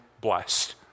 blessed